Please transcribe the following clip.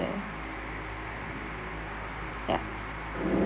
there ya